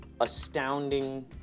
Astounding